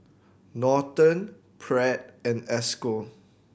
Norton Pratt and Esco